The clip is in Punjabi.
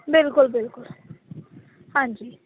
ਬਿਲਕੁਲ ਬਿਲਕੁਲ ਹਾਂਜੀ